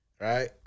right